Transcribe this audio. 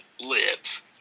live